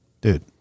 dude